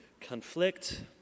conflict